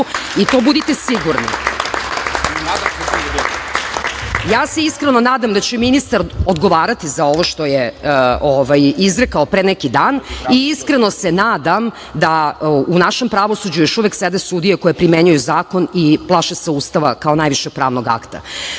i to budite sigurni. Iskreno se nadam da će ministar odgovarati što je izrekao pre neki dan i iskreno se nadam da u našem pravosuđu još uvek sede sudije koje primenjuju zakon i plaše se Ustava kao najvišeg pravnog